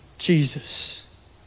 Jesus